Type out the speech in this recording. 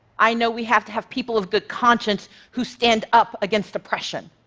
i know we have to have people of good conscience who stand up against oppression.